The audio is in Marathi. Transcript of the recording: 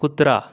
कुत्रा